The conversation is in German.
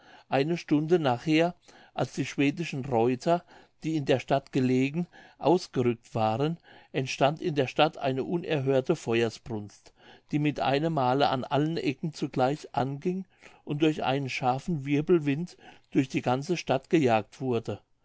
eine stunde nachher als die schwedischen reuter die in der stadt gelegen ausgerückt waren entstand in der stadt eine unerhörte feuersbrunst die mit einem male an allen ecken zugleich anging und durch einen scharfen wirbelwind durch die ganze stadt gejagt wurde